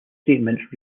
statements